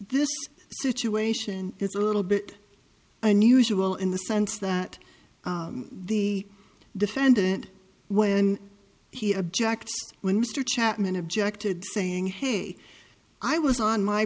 this situation is a little bit unusual in the sense that the defendant when he objects when mr chapman objected saying hey i was on my